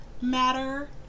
matter